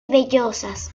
vellosas